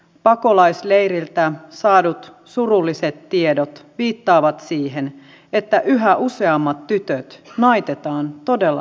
pakolaisleireiltä saadut surulliset tiedot viittaavat siihen että yhä useammat tytöt naitetaan todella nuorina